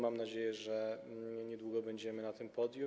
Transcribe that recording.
Mam nadzieję, że niedługo będziemy na tym podium.